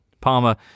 Palmer